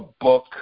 book